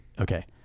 Okay